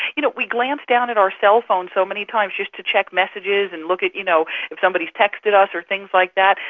you know, we glance down at our cell phones so many times just to check messages and look you know if somebody has texted us or things like that,